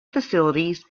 facilities